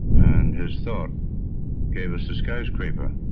and his thought gave us the skyscraper.